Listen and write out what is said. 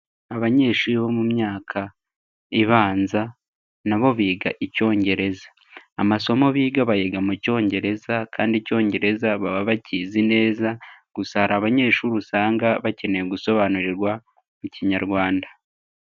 Abanyeshuri bo mu myaka ibanza, n'abo biga Icyongereza. Amasomo biga bayiga mu cyongereza kandi Icyongereza baba bakizi neza gusa hari abanyeshuri usanga bakeneye gusobanurirwa ikinyarwanda.